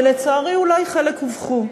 ולצערי אולי חלק הובכו.